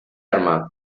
arma